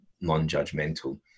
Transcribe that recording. non-judgmental